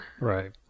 Right